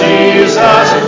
Jesus